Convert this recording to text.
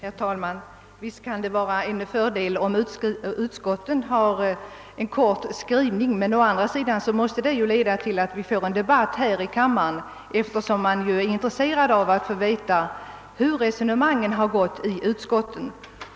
Herr talman! Visst kan det vara en fördel om utskotten har en kort skrivning, men å andra sidan måste detta ofta leda till att det blir en debatt här i kammaren, eftersom det finns intresse av att få veta hur det resonerats i utskotten.